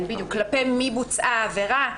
דבר נוסף הוא כלפי מי בוצעה העבירה.